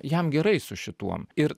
jam gerai su šituom ir